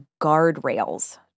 guardrails